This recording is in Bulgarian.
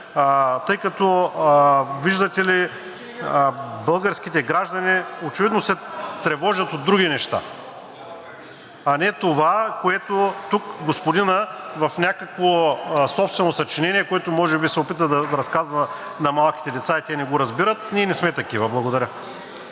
тъй като, виждате ли, българските граждани очевидно се тревожат от други неща, а не това, което тук господинът в някакво собствено съчинение, което може би се опита да разказва на малките деца, и те не го разбират, ние не сме такива. Благодаря.